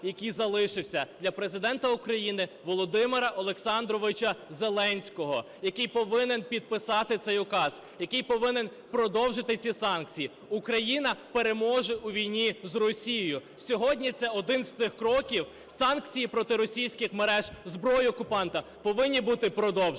який залишився для Президента України Володимира Олександровича Зеленського, який повинен підписати цей указ, який повинен продовжити ці санкції. Україна переможе у війні з Росією, сьогодні це один з цих кроків. Санкції проти російських мереж, зброї окупанта, повинні бути продовжені.